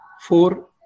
four